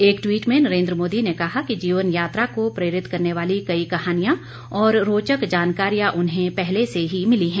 एक ट्वीट में नरेन्द्र मोदी ने कहा कि जीवन यात्रा को प्रेरित करने वाली कई कहानियां और रोचक जानकारियां उन्हें पहले से ही मिली हैं